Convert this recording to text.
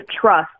trust